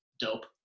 dope